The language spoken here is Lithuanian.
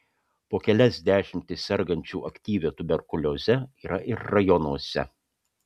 po kelias dešimtis sergančių aktyvia tuberkulioze yra ir rajonuose